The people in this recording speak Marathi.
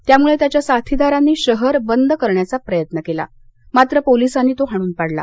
त्यामुळे त्याच्या साथीदारांनी शहर बंद करण्याचा प्रयत्न केला मात्र पोलीसांनी तो हाणून पाडला